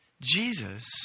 Jesus